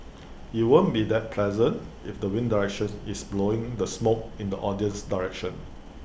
IT won't be that pleasant if the wind direction is blowing the smoke in the audience's direction